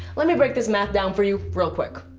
let me break this math down for you real quick.